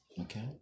Okay